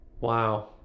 Wow